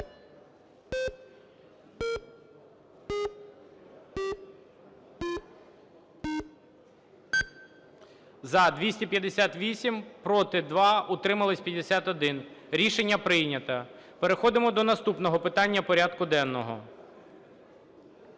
За – 266, проти – 1, утрималось – 55. Рішення прийнято. Переходимо до наступного питання порядку денного.